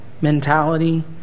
Mentality